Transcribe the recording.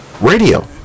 radio